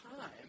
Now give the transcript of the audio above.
time